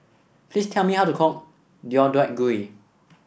please tell me how to cook Deodeok Gui